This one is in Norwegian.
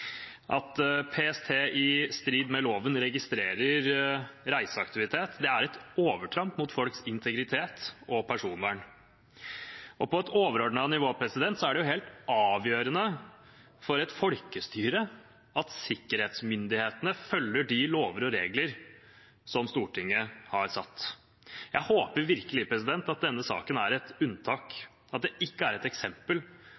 At PST i strid med loven registrerer reiseaktivitet, er et overtramp mot folks integritet og personvern. På et overordnet nivå er det helt avgjørende for et folkestyre at sikkerhetsmyndighetene følger de lover og regler som Stortinget har satt. Jeg håper virkelig at denne saken er et